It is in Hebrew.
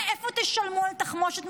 מאיפה תשלמו על תחמושת?